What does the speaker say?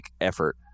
effort